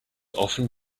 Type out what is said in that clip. often